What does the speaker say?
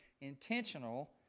intentional